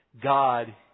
God